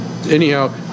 Anyhow